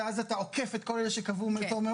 ואז אתה עוקף את כל אלה שקבעו מקום מראש,